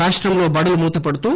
రాష్టంలో బడులు మూతపడుతూ